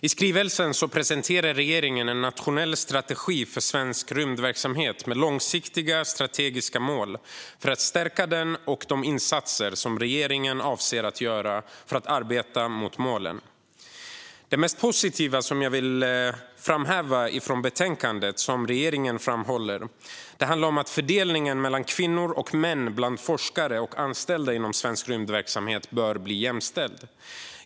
I skrivelsen presenterar regeringen en nationell strategi för svensk rymdverksamhet med långsiktiga strategiska mål för att stärka den och de insatser som regeringen avser att göra för att arbeta mot målen. Jag vill framhäva det mest positiva i betänkandet. Regeringen framhåller att "fördelningen mellan kvinnor och män bland forskare och anställda inom svensk rymdverksamhet bör bli jämställd".